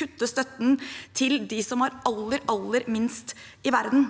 kutte støtten til dem som har aller, aller minst i verden.